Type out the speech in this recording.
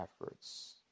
efforts